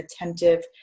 attentive